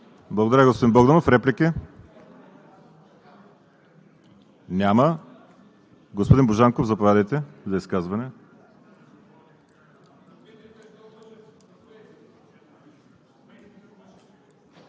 Благодаря, господин Богданов. Реплики? Няма. Господин Божанков, заповядайте за изказване.